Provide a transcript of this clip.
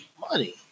Money